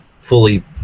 fully